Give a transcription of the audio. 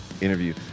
interview